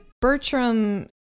Bertram